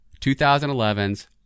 2011's